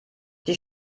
die